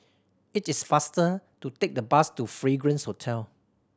it is faster to take the bus to Fragrance Hotel